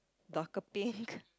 darker pink